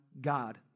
God